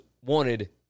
wanted